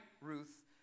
Ruth